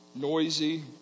noisy